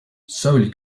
solely